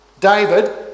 David